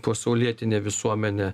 pasaulietinė visuomenė